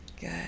Good